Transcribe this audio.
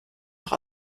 noch